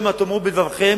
שמא תאמרו בלבבכם,